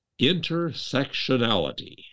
intersectionality